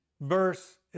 verse